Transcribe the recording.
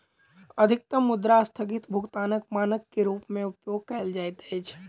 अधिकतम मुद्रा अस्थगित भुगतानक मानक के रूप में उपयोग कयल जाइत अछि